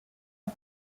his